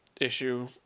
issue